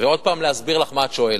ועוד פעם להסביר לך מה את שואלת.